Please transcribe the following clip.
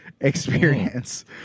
experience